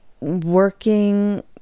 working